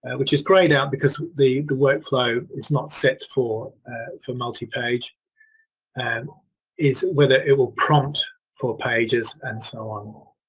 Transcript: which is greyed out because the the workflow is not set for for multipage and is whether it will prompt for pages and so on. that's